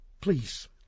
Please